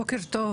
בוקר טוב